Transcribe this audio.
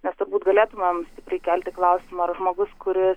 nes turbūt galėtumėm stipriai kelti klausimą ar žmogus kuris